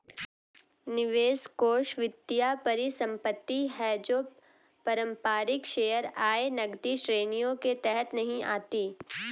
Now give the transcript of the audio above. निवेश कोष वित्तीय परिसंपत्ति है जो पारंपरिक शेयर, आय, नकदी श्रेणियों के तहत नहीं आती